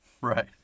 Right